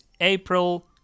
april